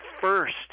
first